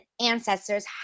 ancestors